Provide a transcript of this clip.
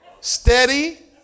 Steady